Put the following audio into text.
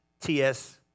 TS